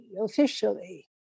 officially